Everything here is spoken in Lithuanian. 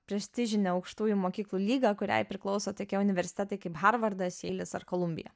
prestižinę aukštųjų mokyklų lygą kuriai priklauso tokie universitetai kaip harvardas jeilis ar kolumbija